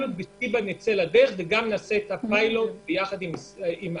נעשה את הפיילוט וגם נלך עם הר"י.